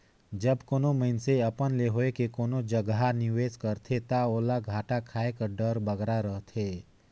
जब कानो मइनसे अपन ले होए के कोनो जगहा निवेस करथे ता ओला घाटा खाए कर डर बगरा रहथे